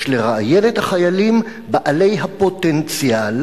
יש לראיין את החיילים בעלי הפוטנציאל